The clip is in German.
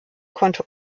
konnte